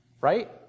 right